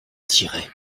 tiraient